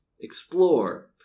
explore